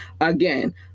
again